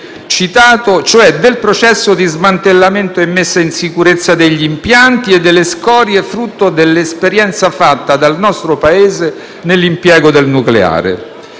citato, cioè del processo di smantellamento e messa in sicurezza degli impianti e delle scorie frutto dell'esperienza fatta dal nostro Paese nell'impiego del nucleare.